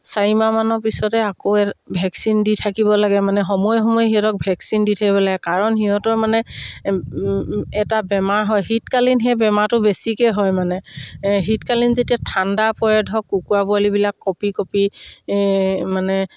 চাৰি মাহমানৰ পিছতে আকৌ ভেকচিন দি থাকিব লাগে মানে সময়ে সময়ে সিহঁতক ভেকচিন দি থাকিব লাগে কাৰণ সিহঁতৰ মানে এটা বেমাৰ হয় শীতকালীন সেই বেমাৰটো বেছিকৈ হয় মানে শীতকালীন যেতিয়া ঠাণ্ডা পৰে ধৰক কুকুৰা পোৱালিবিলাক কপি কপি মানে